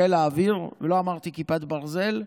חיל האוויר, ולא אמרתי כיפת ברזל,